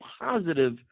positive